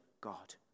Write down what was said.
God